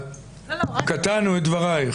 קטענו את דברייך.